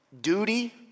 duty